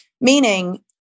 meaning